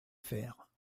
faire